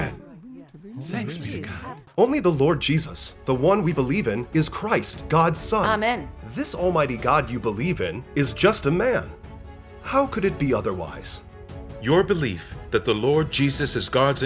be only the lord jesus the one we believe in is christ god saw men this almighty god you believe in is just a man how could it be otherwise your belief that the lord jesus is god's